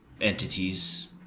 entities